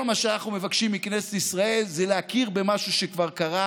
כל מה שאנחנו מבקשים מכנסת ישראל זה להכיר במשהו שכבר קרה.